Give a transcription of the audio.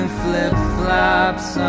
flip-flops